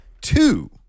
two